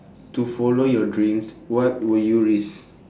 to follow your dreams what will you risk